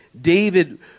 David